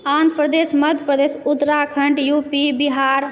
Andhra Pradesh Madhya Pradesh Uttarakhand U P Bihar